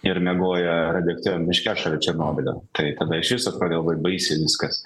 ir miegojo radioaktyviam miške šalia černobylio tai tada išvis atrodė baisiai viskas